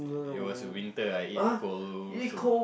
it was winter I eat cold soba